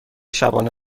شبانه